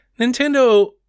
Nintendo